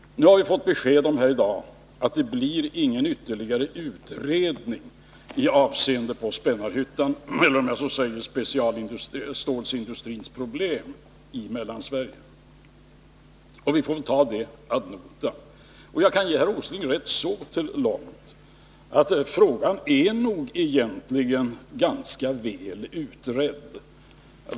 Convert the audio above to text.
Nu har vi fått besked om här i dag att det inte blir någon ytterligare utredning i avseende på Spännarhyttan eller, om jag så säger, specialstålsindustrins problem i Mellansverige. Vi får väl ta det ad notam. Och jag kan hålla med herr Åsling så långt som att frågan egentligen är ganska väl utredd.